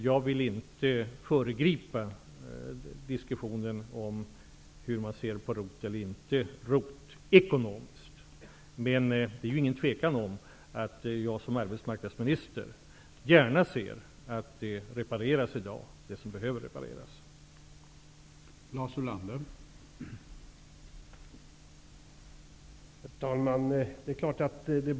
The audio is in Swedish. Jag vill inte föregripa diskussionen om hur man ser på ROT-programmet eller icke ekonomiskt. Det är inget tvivel om att jag som arbetsmarknadsminister gärna ser att det som behöver repareras också repareras i dag.